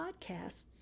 podcasts